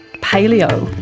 paleo,